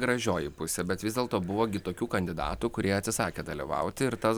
gražioji pusė bet vis dėlto buvo gi tokių kandidatų kurie atsisakė dalyvauti ir tas